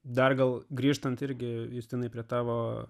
dar gal grįžtant irgi justinui prie tavo